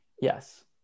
Yes